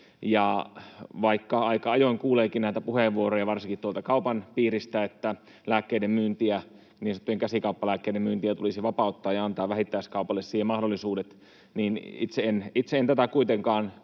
Vaikka aika ajoin kuuleekin puheenvuoroja varsinkin tuolta kaupan piiristä, että lääkkeiden myyntiä, niin sanottujen käsikauppalääkkeiden myyntiä tulisi vapauttaa ja antaa vähittäiskaupalle siihen mahdollisuudet, niin itse en tätä kuitenkaan